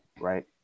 Right